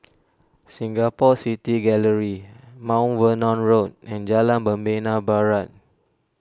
Singapore City Gallery Mount Vernon Road and Jalan Membina Barat